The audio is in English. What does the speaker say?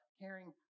caring